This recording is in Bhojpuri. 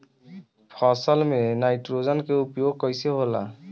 फसल में नाइट्रोजन के उपयोग कइसे होला?